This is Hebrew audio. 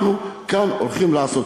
אנחנו כאן הולכים לעשות.